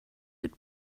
good